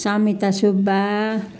Samita Subba